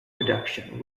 production